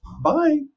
bye